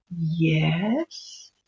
yes